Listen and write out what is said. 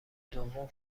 دوم